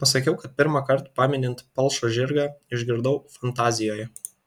pasakiau kad pirmą kartą paminint palšą žirgą išgirdau fantazijoje